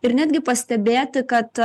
ir netgi pastebėti kad